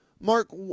Mark